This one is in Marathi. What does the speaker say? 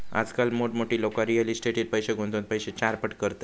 आजकाल मोठमोठी लोका रियल इस्टेटीट पैशे गुंतवान पैशे चारपट करतत